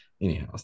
anyhow